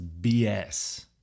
BS